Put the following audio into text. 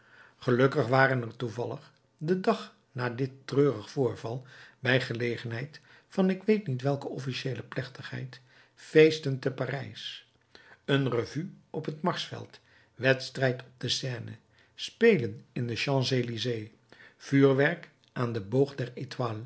gelukkig waren er toevallig den dag na dit treurig voorval bij gelegenheid van ik weet niet welke officiëele plechtigheid feesten te parijs een revue op het marsveld wedstrijd op de seine spelen in de champs elysées vuurwerk aan den